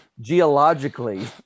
geologically